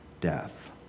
death